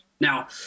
Now